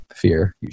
fear